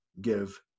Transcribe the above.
give